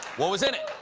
what was in it?